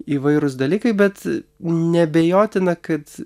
įvairūs dalykai bet neabejotina kad